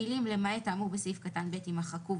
המילים "למעט האמור בסעיף (ב)" יימחקו,